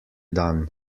dan